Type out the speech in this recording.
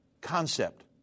concept